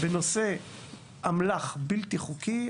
בנושא אמל"ח בלתי חוקי,